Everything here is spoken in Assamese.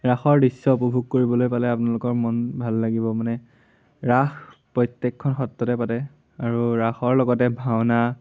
ৰাসৰ দৃশ্য উপভোগ কৰিবলৈ পালে আপোনালোকৰ মন ভাল লাগিব মানে ৰাস প্ৰত্যেকখন সত্ৰতে পাতে আৰু ৰাসৰ লগতে ভাওনা